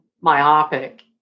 myopic